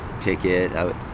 ticket